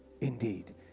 indeed